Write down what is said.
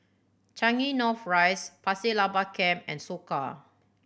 Changi North Rise Pasir Laba Camp and Soka